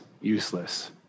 useless